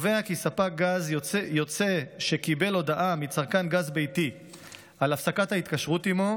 קובע כי ספק גז יוצא שקיבל הודעה מצרכן גז ביתי על הפסקת ההתקשרות עימו,